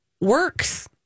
works